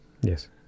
yes